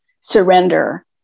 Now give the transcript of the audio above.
surrender